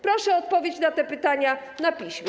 Proszę o odpowiedź na te pytania na piśmie.